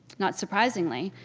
not surprisingly,